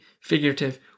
figurative